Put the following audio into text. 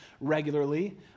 regularly